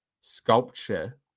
sculpture